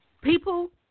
people